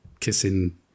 kissing